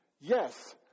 Yes